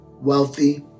wealthy